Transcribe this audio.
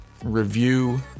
review